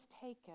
taken